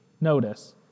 notice